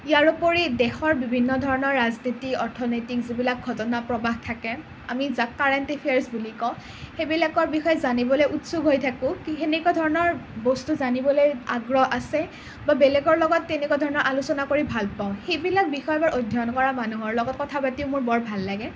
ইয়াৰ উপৰি দেশৰ বিভিন্ন ধৰণৰ ৰাজনীতি অৰ্থনৈথিক যিবিলাক ঘটনা প্ৰবাহ থাকে আমি যাক কাৰেণ্ট এফেয়াৰ্ছ বুলি কওঁ সেইবিলাকৰ বিষয়ে জানিবলৈ উৎসুক হৈ থাকোঁ কি সেনেকুৱা ধৰণৰ বস্তু জানিবলৈ আগ্ৰহ আছে বা বেলেগৰ লগত তেনেকুৱা ধৰণৰ আলোচনা কৰি ভাল পাওঁ সেইবিলাক বিষয়ৰ ওপৰত অধ্যয়ন কৰা মানুহৰ লগত কথা পাতিও মোৰ বৰ ভাল লাগে